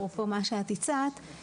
אפרופו מה שאת הצעת,